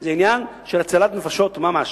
זה עניין של הצלת נפשות ממש.